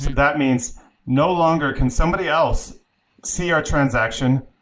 that means no longer can somebody else see our transaction,